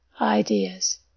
ideas